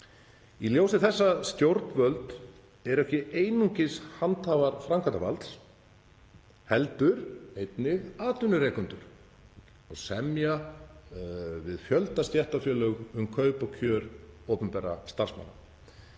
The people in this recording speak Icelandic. Í ljósi þess að stjórnvöld eru ekki einungis handhafar framkvæmdarvalds heldur einnig atvinnurekendur og semja við fjölda stéttarfélaga um kaup og kjör opinberra starfsmanna